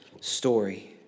story